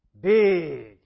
big